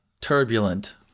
turbulent